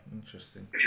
interesting